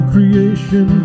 Creation